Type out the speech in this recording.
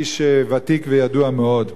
איש ותיק וידוע מאוד.